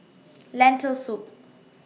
Lentil Soup